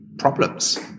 Problems